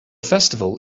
festival